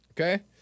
Okay